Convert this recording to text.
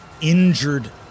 injured